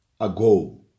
ago